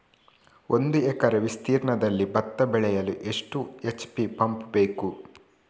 ಒಂದುಎಕರೆ ವಿಸ್ತೀರ್ಣದಲ್ಲಿ ಭತ್ತ ಬೆಳೆಯಲು ಎಷ್ಟು ಎಚ್.ಪಿ ಪಂಪ್ ಬೇಕು?